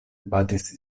batis